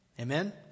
Amen